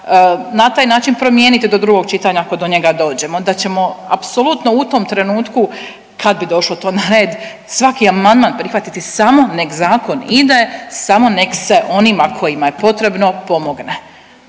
na taj način promijeniti do drugog čitanja, ako do njega dođemo, da ćemo apsolutno u tom trenutku kad bi došlo to na red svaki amandman prihvatiti, samo nek zakon ide, samo nek se onima kojima je potrebno pomogne.